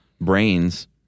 brains